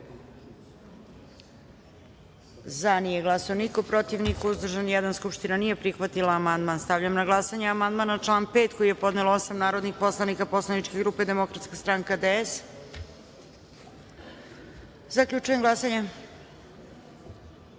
glasanje: za – niko, protiv – niko, uzdržan – jedan. Skupština nije prihvatila amandman. Stavljam na glasanje amandman na član 5. koji je podnelo osam narodnih poslanika poslaničke grupe Demokratska stanka - DS.Zaključujem glasanje: